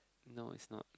no it's not